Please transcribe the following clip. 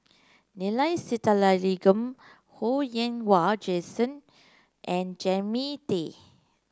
Neila Sathyalingam Ho Yen Wah Jesmine and Jannie Tay